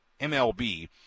mlb